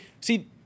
see